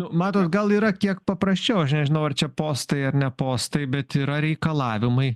nu matot gal yra kiek paprasčiau aš nežinau ar čia postai ar ne postai bet yra reikalavimai